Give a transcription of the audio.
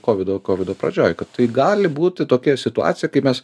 kovido kovido pradžioj kad tai gali būti tokia situacija kai mes